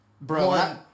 Bro